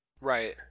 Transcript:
Right